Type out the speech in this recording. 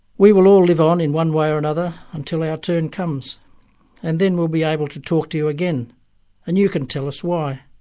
we will all live on in one way or another until our turn comes and then we'll be able to talk to you again and you can tell us why.